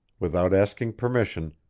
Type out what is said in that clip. without asking permission,